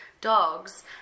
dogs